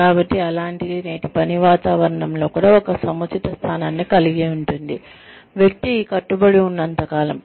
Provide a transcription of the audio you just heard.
కాబట్టి అలాంటిది నేటి పని వాతావరణంలో కూడా ఒక సముచిత స్థానాన్ని కలిగి ఉంటుంది వ్యక్తి కట్టుబడి ఉన్నంత కాలం